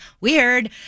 weird